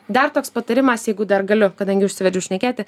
dar toks patarimas jeigu dar galiu kadangi užsivedžiau šnekėti